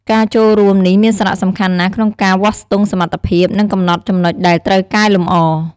ការចូលរួមនេះមានសារៈសំខាន់ណាស់ក្នុងការវាស់ស្ទង់សមត្ថភាព និងកំណត់ចំណុចដែលត្រូវកែលម្អ។